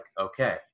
okay